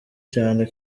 cyane